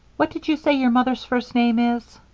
what did you say your mother's first name is?